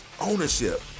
ownership